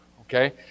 Okay